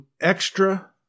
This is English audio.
extra